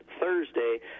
Thursday